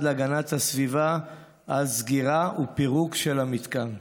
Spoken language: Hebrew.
להגנת הסביבה על סגירה ופירוק של המתקן.